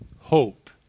hope